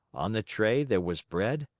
on the tray there was bread,